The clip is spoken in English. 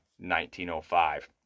1905